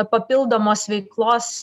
papildomos veiklos